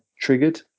triggered